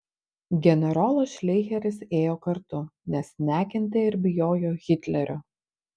generolas šleicheris ėjo kartu nes nekentė ir bijojo hitlerio